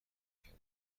پیدا